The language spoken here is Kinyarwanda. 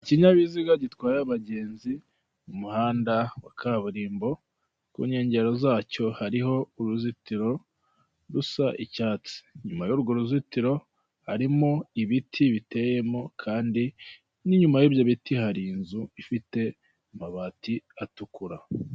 Ikinyabiziga gitwara abagenzi mu muhanda wa kaburimbo ku nkengero zacyo hariho uruzitiro rusa icyatsi, inyuma y'urwo ruzitiro harimo ibiti biteyemo kandi n'inyuma y'ibyo biti hari inzu ifite amabara atukura.